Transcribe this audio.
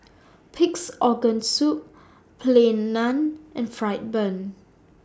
Pig'S Organ Soup Plain Naan and Fried Bun